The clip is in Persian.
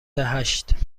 هشت